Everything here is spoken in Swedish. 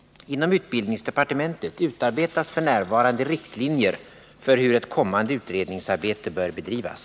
Inom utbildningsdepartementet utarbetas f. n. riktlinjer för hur ett kommande utredningsarbete bör bedrivas.